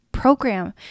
Program